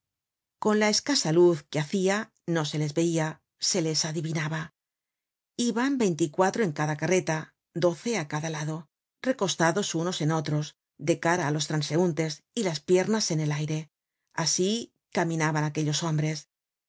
con la escasa luz que habia no se les veia se les adivinaba iban veinticuatro en cada carreta doce á cada lado recostados unos en otros de cara á los transeuntes y las piernas en el aire asi caminaban aquellos hombres